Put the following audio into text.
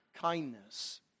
kindness